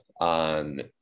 on